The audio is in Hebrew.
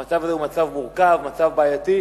המצב הזה הוא מצב מורכב, מצב בעייתי,